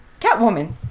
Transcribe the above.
Catwoman